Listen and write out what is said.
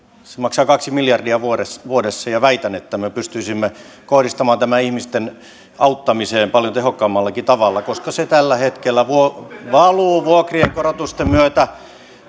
maksaa kaksi miljardia vuodessa vuodessa ja väitän että me pystyisimme kohdistamaan tämän ihmisten auttamiseen paljon tehokkaammallakin tavalla koska se tällä hetkellä valuu vuokrien korotusten myötä